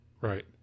Right